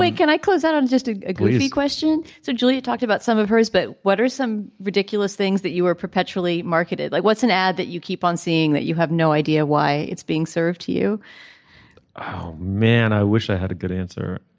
can i close out on just a good question. so julie you talked about some of hers but what are some ridiculous things that you were perpetually marketed like what's an ad that you keep on seeing that you have no idea why it's being served to you oh man i wish i had a good answer.